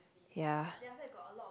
ya